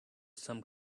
some